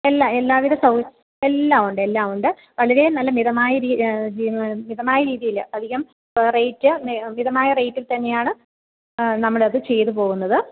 എല്ലാ എല്ലാവിധ എല്ലാം ഉണ്ട് എല്ലാം ഉണ്ട് വളരെ നല്ല മിതമായ മിതമായ രീതിയിൽ അധികം റേറ്റ് മിതമായ റേറ്റിൽ തന്നെയാണ് നമ്മളത് ചെയ്ത് പോകുന്നത്